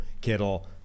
Kittle